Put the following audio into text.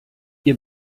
ihr